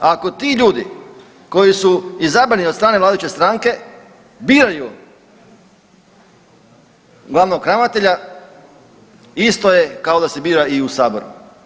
Ako ti ljudi koji su izabrani od strane vladajuće stranke biraju glavnog ravnatelja, isto je kao da se bira i u Saboru.